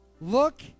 look